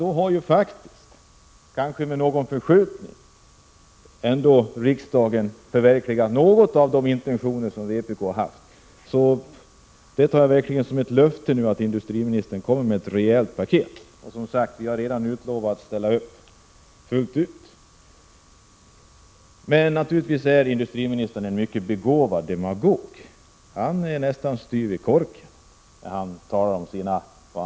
Då har ju riksdagen, med någon förskjutning, ändå förverkligat någonting av de intentioner som vpk har haft. Jag tar det verkligen som ett löfte att industriministern kommer med ett rejält paket. Vi har som sagt redan lovat att ställa upp fullt ut. Naturligtvis är industriministern en mycket begåvad demagog. Han är nästan styv i korken när han talar om vad han har gjort för någonting.